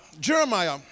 Jeremiah